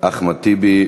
אחמד טיבי.